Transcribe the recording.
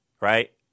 right